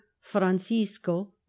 Francisco